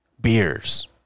beers